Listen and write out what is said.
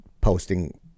posting